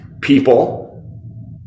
people